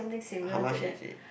how much is it